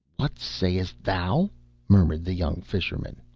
what sayest thou murmured the young fisherman.